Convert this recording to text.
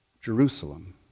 Jerusalem